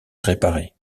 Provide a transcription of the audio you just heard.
réparer